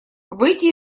выйти